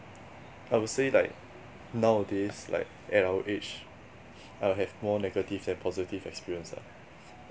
I would say like nowadays like at our age I'll have more negative than positive experience ah